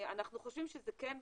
אנחנו חושבים שכן,